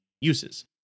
uses